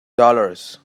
dollars